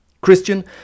Christian